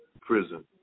prison